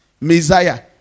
Messiah